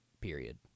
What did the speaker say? Period